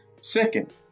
Second